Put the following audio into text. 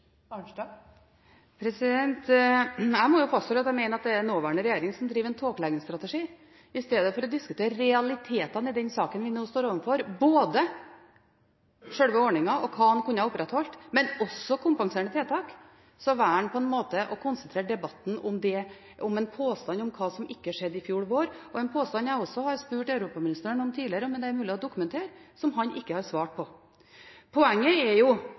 Jeg må fastholde at jeg mener at det er nåværende regjering som driver en tåkeleggingsstrategi. I stedet for å diskutere realitetene i den saken vi nå står overfor – både sjølve ordningen og hva man kunne opprettholdt, og også kompenserende tiltak – velger man å konsentrere debatten om en påstand om hva som ikke skjedde i fjor vår. Det er en påstand jeg har spurt europaministeren tidligere om hvorvidt det er mulig å dokumentere, noe han ikke har svart på. Poenget er